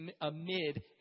amid